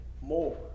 more